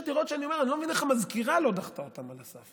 יש עתירות שאני אומר שאני לא מבין איך המזכירה לא דחתה אותן על הסף,